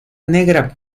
negra